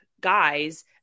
guys